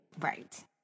Right